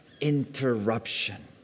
interruption